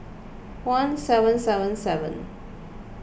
one seven seven seven